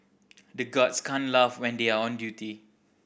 the guards can't laugh when they are on duty